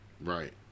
Right